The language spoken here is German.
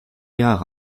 jahre